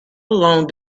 along